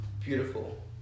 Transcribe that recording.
beautiful